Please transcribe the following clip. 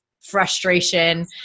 frustration